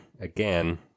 again